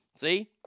See